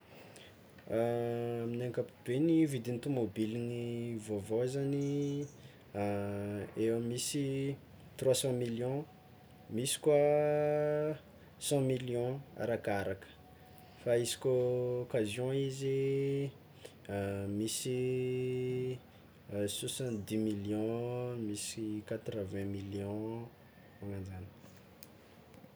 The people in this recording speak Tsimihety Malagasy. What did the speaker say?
Amin'ny ankapobeny, vidin'ny tômôbiligny vaovao zany, eo amin'ny misy trois cent million misy koa cent million arakaraka fa izy koa occasion izy misy soixant-dix million, quatre vingt million magnagno zany.